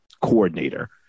coordinator